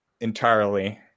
entirely